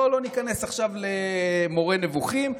בואו לא ניכנס עכשיו למורה נבוכים,